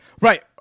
Right